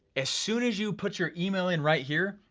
as soon as you put your email in right here,